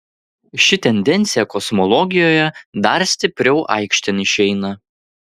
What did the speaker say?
ši tendencija kosmologijoje dar stipriau aikštėn išeina